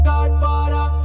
Godfather